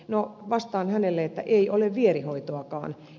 no vastaan hänelle ei ole vierihoitoakaan